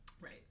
Right